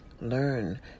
Learn